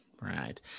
Right